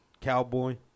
Cowboy